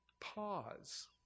pause